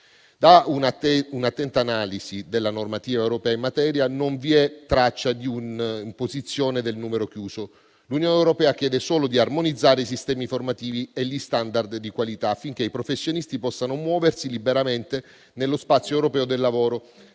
Da una attenta analisi della normativa europea in materia non vi è traccia di una imposizione del numero chiuso. L'Unione europea chiede solo di armonizzare i sistemi formativi e gli *standard* di qualità, affinché i professionisti possano muoversi liberamente nello spazio europeo del lavoro